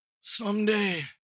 Someday